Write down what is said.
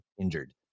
injured